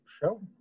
show